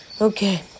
Okay